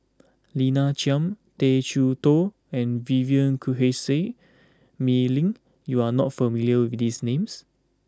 Lina Chiam Tay Chee Toh and Vivien Quahe Seah Mei Lin you are not familiar with these names